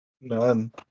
None